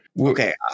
Okay